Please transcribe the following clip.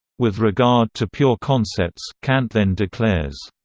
with regard to pure concepts, kant then declares,